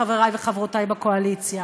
חברי וחברותי בקואליציה,